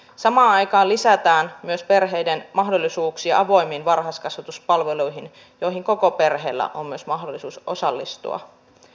samaan aikaan lisätään myös perheiden mahdollisuuksia avoimiin varhaiskasvatuspalveluihin joihin myös koko perheellä on mahdollisuus osallistua